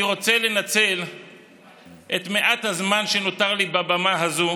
אני רוצה לנצל את מעט הזמן שנותר לי על הבמה הזאת